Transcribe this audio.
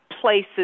places